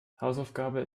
hausaufgabe